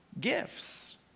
gifts